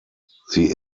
sie